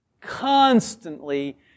constantly